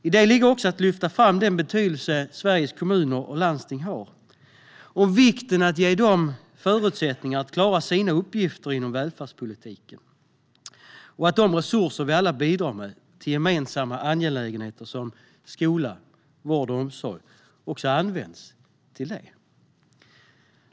I den ligger också att lyfta fram den betydelse Sveriges kommuner och landsting har och vikten av att ge dem förutsättningar att klara sina uppgifter inom välfärdspolitiken. De resurser som vi alla bidrar med till gemensamma angelägenheter som skola, vård och omsorg ska också användas till detta.